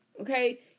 Okay